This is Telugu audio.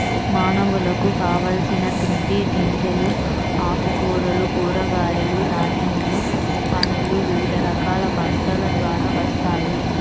మానవులకు కావలసిన తిండి గింజలు, ఆకుకూరలు, కూరగాయలు, ధాన్యములు, పండ్లు వివిధ రకాల పంటల ద్వారా వస్తాయి